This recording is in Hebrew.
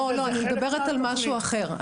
אני מדברת על משהו אחר.